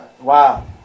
Wow